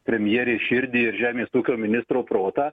premjerės širdį ir žemės ūkio ministro protą